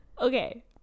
okay